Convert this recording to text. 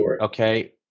Okay